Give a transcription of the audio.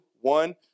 One